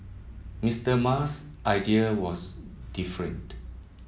Mister Musk's idea was different